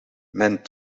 mijn